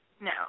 No